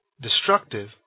destructive